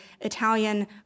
Italian